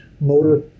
motor